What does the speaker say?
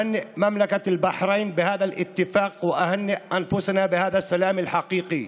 אני מברך את ממלכת בחריין על ההסכם הזה ומברך אותנו על שלום האמת הזה.